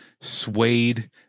suede